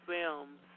films